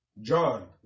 John